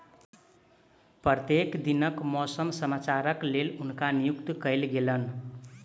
प्रत्येक दिनक मौसम समाचारक लेल हुनका नियुक्त कयल गेलैन